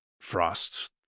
frost